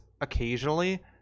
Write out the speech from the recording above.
occasionally